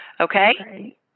Okay